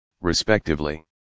respectively